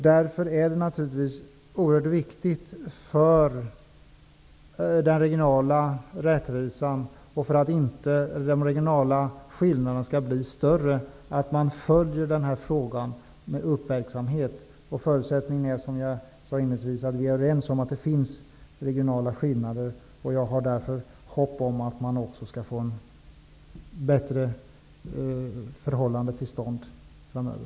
Därför är det naturligtvis oerhört viktigt för den regionala rättvisan och för att de regionala skillnaderna inte skall bli större att man följer denna fråga med uppmärksamhet. Som jag inledningsvis sade är vi överens om att det finns regionala skillnader. Därför har jag hopp om att man skall få till stånd bättre förhållanden framöver.